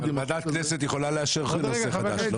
ועדת הכנסת יכולה לאשר נושא חדש.